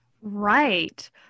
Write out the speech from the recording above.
Right